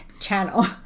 channel